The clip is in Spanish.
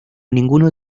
ninguno